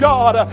God